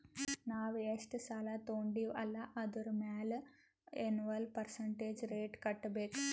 ನಾವ್ ಎಷ್ಟ ಸಾಲಾ ತೊಂಡಿವ್ ಅಲ್ಲಾ ಅದುರ್ ಮ್ಯಾಲ ಎನ್ವಲ್ ಪರ್ಸಂಟೇಜ್ ರೇಟ್ ಕಟ್ಟಬೇಕ್